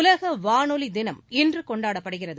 உலக வானொலி தினம் இன்று கொண்டாடப்படுகிறது